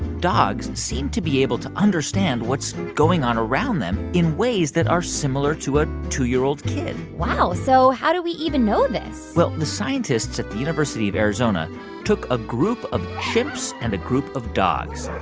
dogs seem to be able to understand what's going on around them in ways that are similar to a two year old kid wow. so how do we even know this? well, the scientists at the university of arizona took a group of chimps and a group of dogs.